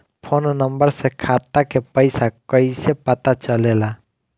Phone number से खाता के पइसा कईसे पता चलेला?